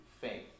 faith